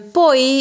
poi